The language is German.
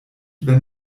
wenn